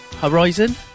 horizon